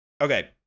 Okay